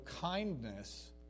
kindness